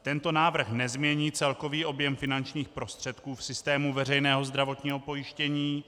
Tento návrh nezmění celkový objem finančních prostředků v systému veřejného zdravotního pojištění.